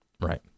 right